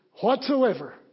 whatsoever